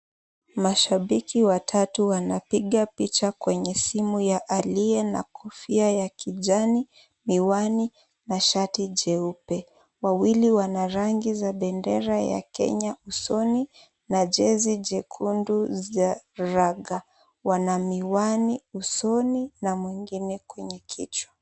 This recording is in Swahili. Mashabiki watatu wanapiga picha kwenye simu ya aliye na kofia ya kijani, miwani na shati jeupe. Wawili wana rangi za bendera ya Kenya usoni na jezi jekundu za raga. Wana miwani usoni na mwengine kwenye kichwa.